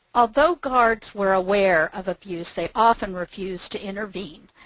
although guards were aware of abuse they often refused to intervene.